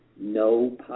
no